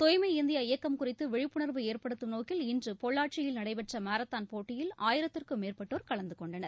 தூய்மை இந்தியா இயக்கம் குறித்து விழிப்புணர்வு ஏற்படுத்தும் நோக்கில் இன்று பொள்ளாச்சியில் நடைபெற்ற மாரத்தான் போட்டியில் ஆயிரத்திற்கும் மேற்பட்டோர் கலந்துகொண்டனர்